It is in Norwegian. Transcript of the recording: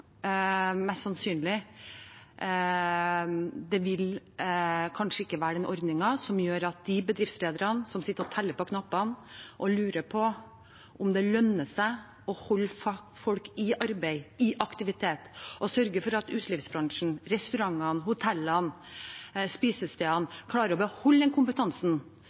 vil kanskje ikke være den ordningen som gjør at bedriftslederne som sitter og teller på knappene og lurer på om det lønner seg å holde folk i arbeid og i aktivitet – å sørge for at utelivsbransjen, restaurantene, hotellene og spisestedene klarer å beholde kompetansen